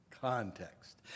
Context